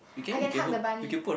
I can hug the bunny